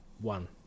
one